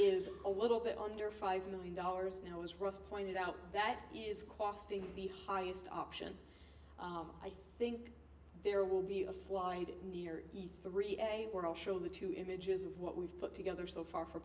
is a little bit under five million dollars now as ross pointed out that is costing the highest option i think there will be a slide near eat three they were all showing the two images of what we've put together so far for